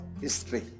History